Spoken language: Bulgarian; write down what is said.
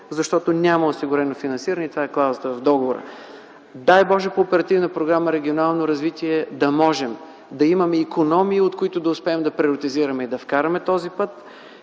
защото няма осигурено финансиране, което е и клаузата в договора. Дай Боже, по Оперативна програма „Регионално развитие” да можем да имаме икономии, от които да успеем да приватизираме и да вкараме този път.